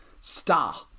star